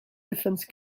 defense